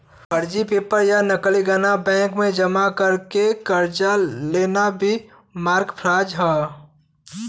फर्जी पेपर या नकली गहना बैंक में जमा करके कर्जा लेना भी मारगेज फ्राड हौ